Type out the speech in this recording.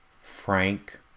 Frank